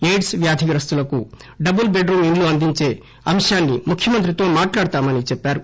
AIDS వ్యాధిగ్రస్తులకు double bed room ఇళ్లు అందించే అంశాన్ని ముఖ్యమంత్రితో మాట్లాడతామని చెప్పారు